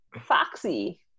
Foxy